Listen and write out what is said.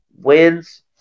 wins